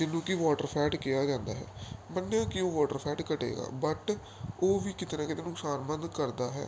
ਜਿਹਨੂੰ ਕਿ ਵੋਟਰ ਫੈਟ ਕਿਹਾ ਜਾਂਦਾ ਹੈ ਮੰਨਿਆ ਕਿ ਉਹ ਵੋਟਰ ਫੈਟ ਘਟੇਗਾ ਬਟ ਉਹ ਵੀ ਕਿਤੇ ਨਾ ਕਿਤੇ ਨੁਕਸਾਨਬੰਦ ਕਰਦਾ ਹੈ